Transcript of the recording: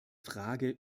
frage